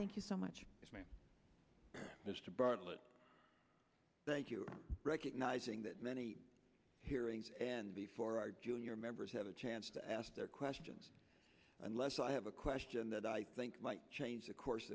thank you so much mr bartlett thank you recognizing that many hearings and before our junior members have a chance to ask their questions unless i have a question that i think might change the course